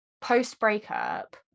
post-breakup